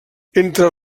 entre